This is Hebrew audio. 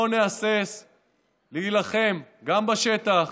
לא נהסס להילחם, גם בשטח,